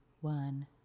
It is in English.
one